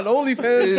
OnlyFans